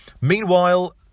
meanwhile